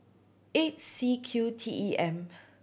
eight C Q T E M